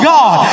God